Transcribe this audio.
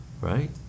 right